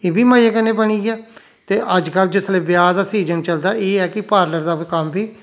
इब्बी मजे कन्नै बनी गेआ ते अजकल्ल जिसलै ब्याह दा सीजन चलदा एह् ऐ कि पार्लर दा कम्म बी